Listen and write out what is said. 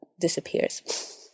disappears